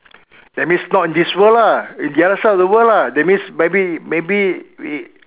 that means not in this world lah the other side of the world lah that means maybe maybe in